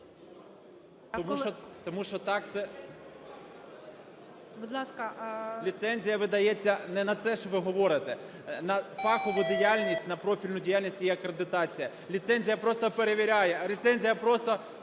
Тому що так це… ГОЛОВУЮЧИЙ. Будь ласка… ВІННИК І.Ю. …ліцензія видається не на те, що ви говорите. На фахову діяльність, на профільну діяльність є акредитація. Ліцензія просто перевіряє, ліцензія просто